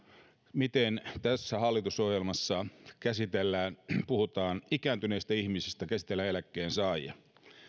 miten tässä hallitusohjelmassa puhutaan ikääntyneistä ihmisistä käsitellään eläkkeensaajia